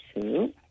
Two